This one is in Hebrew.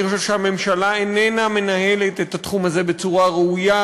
אני חושב שהממשלה איננה מנהלת את התחום הזה בצורה ראויה,